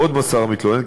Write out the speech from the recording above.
עוד מסר המתלונן,